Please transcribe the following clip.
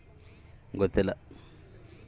ಭಾರತದಲ್ಲಿ ಸಾವಯವ ಕೃಷಿಯ ಪ್ರಾಮುಖ್ಯತೆ ಎನು?